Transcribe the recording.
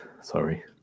Sorry